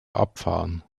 abfahren